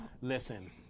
Listen